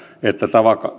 että